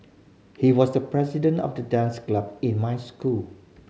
he was the president of the dance club in my school